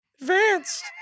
Advanced